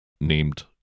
named